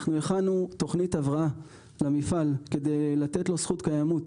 אנחנו הכנו תוכנית הבראה למפעל כדי לתת לו זכות קיימות.